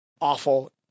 awful